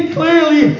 clearly